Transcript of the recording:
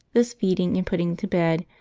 this feeding and putting to bed,